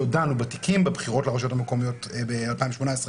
דנו בתיקים בבחירות לרשויות המקומיות ב-2018,